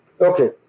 Okay